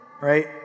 right